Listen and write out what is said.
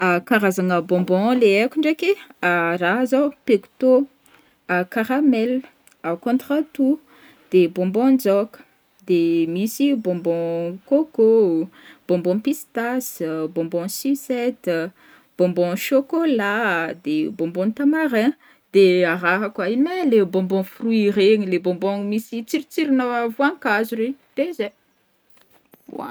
karazagna bonbon le haiko ndraiky, raha zao pecto, caramel, contre toux, de bonbon jok, de misy bonbon côcô ô, bonbons pistasy, bonbons sucette, bonbons chocolat a, de bonbons tamarin, de raha koa ino mai leha bonbon fruits regny le bonbons misy tsirotsirona voankazo regny de zay.